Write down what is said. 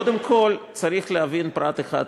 קודם כול, צריך להבין פרט אחד: